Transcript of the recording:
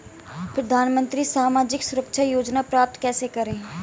प्रधानमंत्री सामाजिक सुरक्षा योजना प्राप्त कैसे करें?